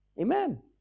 Amen